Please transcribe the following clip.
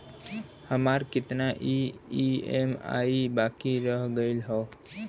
हमार कितना ई ई.एम.आई बाकी रह गइल हौ?